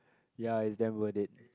ya it's damn worth it